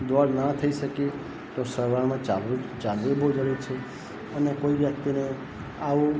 દોડ ના થઈ શકે તો સવારમાં ચાલવું બહુ જરૂરી છે અને કોઈ વ્યક્તિને આવું